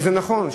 וזה נכון.